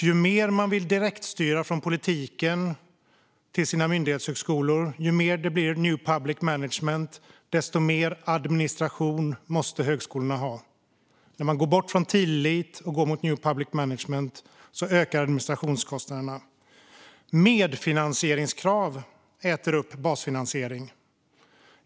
Ju mer man vill direktstyra från politiken till sina myndighetshögskolor och ju mer det blir new public management, desto mer administration måste högskolorna ha. När man går bort från tillit och går mot new public management ökar administrationskostnaderna. För det andra: Medfinansieringskrav äter upp basfinansiering.